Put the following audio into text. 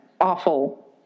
awful